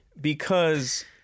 because-